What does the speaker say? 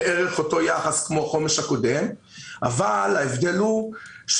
בערך אותו יחס כמו תכנית החומש הקודמת - אבל ההבדל הוא שבהחלטת